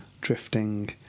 drifting